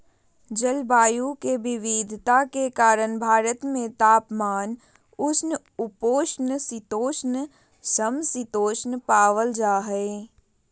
जलवायु के विविधता के कारण भारत में तापमान, उष्ण उपोष्ण शीतोष्ण, सम शीतोष्ण पावल जा हई